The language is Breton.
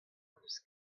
neus